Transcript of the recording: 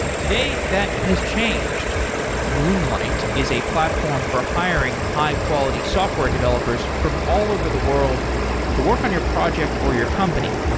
today, that has changed moonlight is a platform for hiring high-quality software developers from all over the world to work on your project or your company.